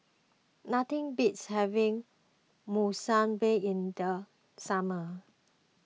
nothing beats having Monsunabe in the summer